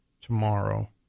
tomorrow